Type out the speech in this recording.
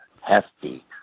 hefty